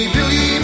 Billy